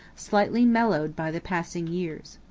slightly mellowed by the passing years.